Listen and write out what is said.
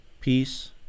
Peace